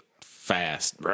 fast